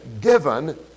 given